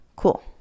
Cool